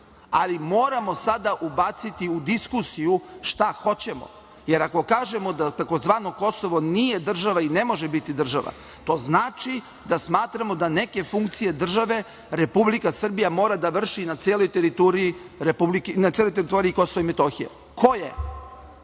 Moramo sada ubaciti u diskusiju šta hoćemo, jer ako kažemo da tzv. Kosovo nije država i ne može biti država, to znači da smatramo da neke funkcije države Republika Srbija mora da vrši na celoj teritoriji Kosova i Metohije. Koje?